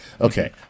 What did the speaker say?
Okay